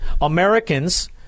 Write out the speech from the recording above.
Americans